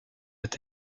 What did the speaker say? est